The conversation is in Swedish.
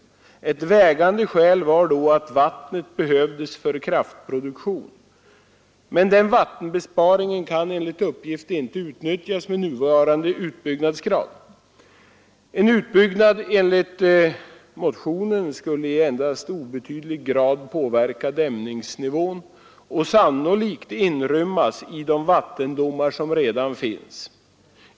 Ett vägande skäl var då att vattnet behövdes för kraftproduktion, men den vattenbesparingen kan enligt uppgift inte utnyttjas med nuvarande utbyggnadstakt. En utbyggnad enligt motionen skulle i endast obetydlig grad påverka dämningsnivån och sannolikt inrymmas i de vattendomar som redan finns.